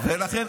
תעצור,